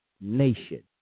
nation